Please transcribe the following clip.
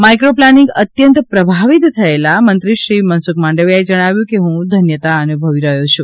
micro planning અત્યંત પ્રભાવિત થયેલા મંત્રીશ્રી મનસુખ માંડવીયાએ જણાવ્યું હતું કે હું ધન્યતા અનુભવી રહ્યો છું